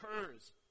occurs